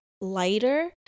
lighter